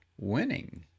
winning